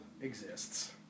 exists